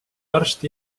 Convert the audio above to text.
arst